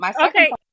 okay